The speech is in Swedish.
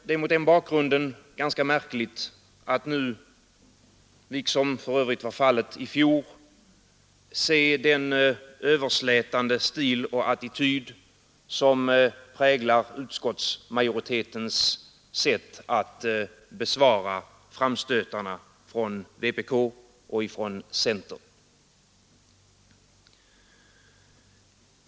Det är mot den bakgrunden ganska märkligt att nu, vilket man för övrigt kunde göra också i fjol, se den överslätande stil och attityd som präglar utskottsmajoritetens sätt att besvara framstötarna från vpk och från centern.